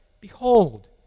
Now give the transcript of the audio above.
behold